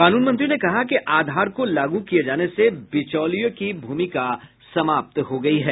कानून मंत्री ने कहा कि आधार को लागू किये जाने से बिचौलिये की भूमिका समाप्त हो गई है